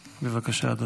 בבקשה, אדוני.